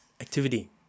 activity